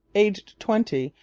aged twenty,